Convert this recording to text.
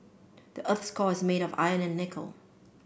the earth's core is made of iron and nickel